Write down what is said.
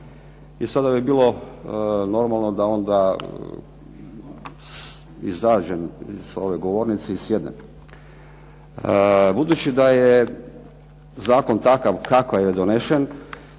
I sada bi bilo normalno da onda izađem sa ove govornice i sjednem. Budući da je zakon kakav je donešen